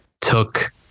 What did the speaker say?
took